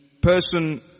person